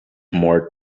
more